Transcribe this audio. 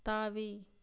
தாவி